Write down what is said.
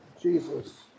Jesus